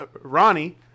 Ronnie